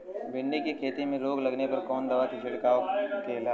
भिंडी की खेती में रोग लगने पर कौन दवा के छिड़काव खेला?